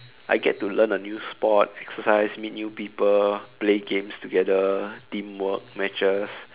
I get to learn a new sport exercise meet new people play games together teamwork matches